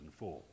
2004